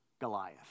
Goliath